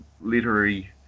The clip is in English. literary